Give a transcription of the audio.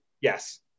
Yes